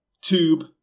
tube